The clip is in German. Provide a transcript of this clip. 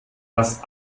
das